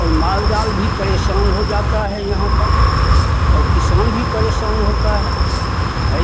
और माल जाल भी परेशान हो जाता है यहाँ का और किसान भी परेशान होता है